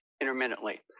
intermittently